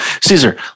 caesar